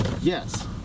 yes